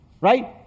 right